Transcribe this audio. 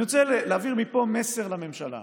אני רוצה להעביר מפה מסר לממשלה: